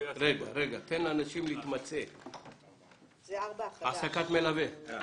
יעסיקו את המלווה ולא תהיה למעסיק של המלווה זיקה